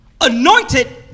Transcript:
anointed